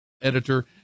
editor